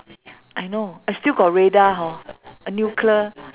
I know ah still got radar~ hor nuclear